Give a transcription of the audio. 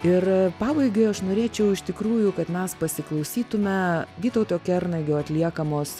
ir pabaigai aš norėčiau iš tikrųjų kad mes pasiklausytume vytauto kernagio atliekamos